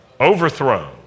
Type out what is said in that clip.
Overthrown